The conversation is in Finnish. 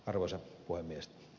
arvoisa puhemies